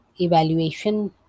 evaluation